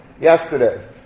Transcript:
yesterday